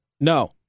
No